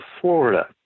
Florida